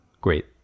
great